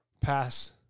pass